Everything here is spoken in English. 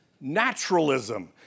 naturalism